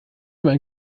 einen